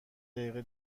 دقیقه